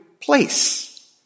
place